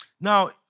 Now